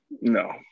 No